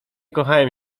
kochałem